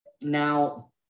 Now